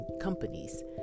companies